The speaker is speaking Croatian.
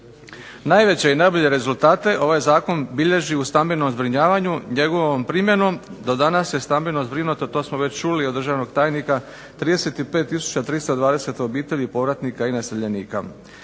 Najveće i najbolje rezultate ovaj zakon bilježi u stambenom zbrinjavanju, njegovom primjenom, do danas je stambeno zbrinuto, to smo već čuli od državnog tajnika 35 tisuća 320 obitelji povratnika i naseljenika